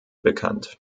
bekannt